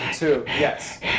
yes